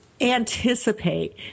anticipate